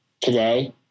today